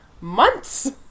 months